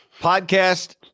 Podcast